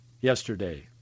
yesterday